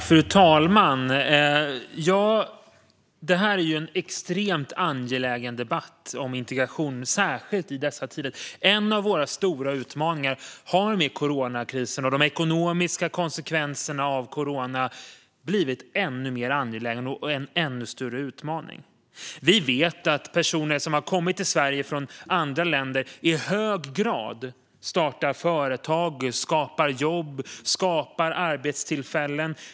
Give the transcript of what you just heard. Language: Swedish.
Fru talman! Debatten om integrationen är extremt angelägen, särskilt i dessa tider. En av våra stora utmaningar har med coronakrisen och de ekonomiska konsekvenserna av den blivit ännu mer angelägen och ännu större. Vi vet att personer som har kommit till Sverige från andra länder i hög grad startar företag, skapar jobb och arbetstillfällen.